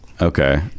Okay